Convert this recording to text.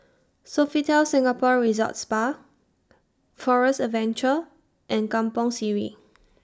Sofitel Singapore Resort's Spa Forest Adventure and Kampong Sireh